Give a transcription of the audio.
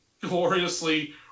gloriously